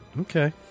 Okay